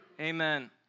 Amen